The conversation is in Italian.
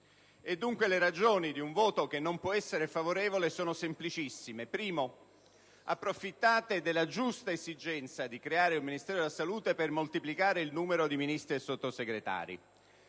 E dunque le ragioni di un voto che non può essere favorevole sono semplicissime. In primo luogo, approfittate della giusta esigenza di creare il Ministero della salute per moltiplicare il numero di Ministri e Sottosegretari.